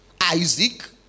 Isaac